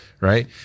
right